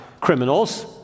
criminals